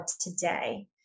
today